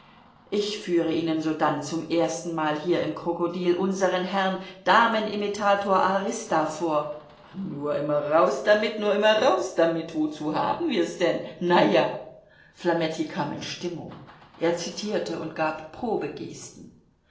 ich führe ihnen sodann zum erstenmal hier im krokodil unseren herrn damenimitator arista vor nur immer raus damit nur immer raus damit wozu haben wir's denn na ja flametti kam in stimmung er zitierte und gab